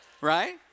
Right